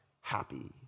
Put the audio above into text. happy